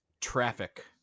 Traffic